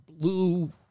blue